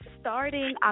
starting